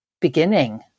beginning